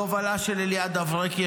בהובלה של אליעד אברקי,